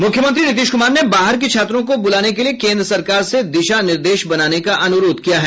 मूख्यमंत्री नीतीश क्मार ने बाहर के छात्रों को ब्रलाने के लिए केन्द्र सरकार से दिशा निर्देश बनाने का अन्रोध किया है